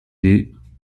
des